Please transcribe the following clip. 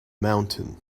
mountain